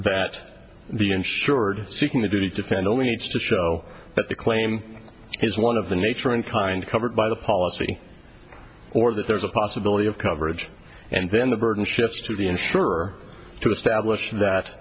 that the insured seeking to defend only needs to show that the claim is one of the nature and kind covered by the policy or that there's a possibility of coverage and then the burden shifts to the insurer to establish that